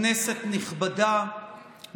כנסת נכבדה,